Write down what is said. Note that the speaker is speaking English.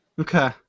Okay